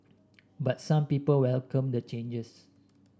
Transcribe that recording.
but some people welcome the changes